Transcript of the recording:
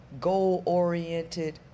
goal-oriented